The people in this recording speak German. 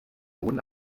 sohn